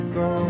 go